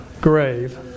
grave